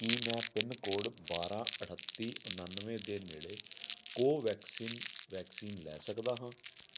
ਕੀ ਮੈਂ pin code ਬਾਰਾਂ ਅਠੱਤੀ ਉਣਾਨਵੇਂ ਦੇ ਨੇੜੇ ਕੋਵੈਕਸਿਨ ਵੈਕਸੀਨ ਲੈ ਸਕਦਾ ਹਾਂ